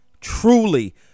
truly